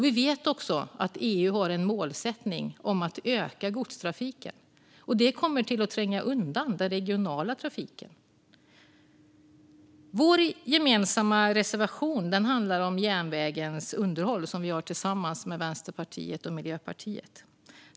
Vi vet också att EU har målsättningen att öka godstrafiken. Den kommer då att tränga undan den regionala trafiken. Vår gemensamma reservation med Vänsterpartiet och Miljöpartiet handlar om järnvägens underhåll.